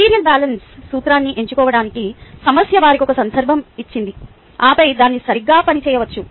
material balance సూత్రాన్ని ఎంచుకోవడానికి సమస్య వారికి ఒక సందర్భం ఇచ్చింది ఆపై దాన్ని సరిగ్గా పని చేయవచ్చు